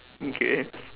okay